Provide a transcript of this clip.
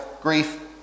grief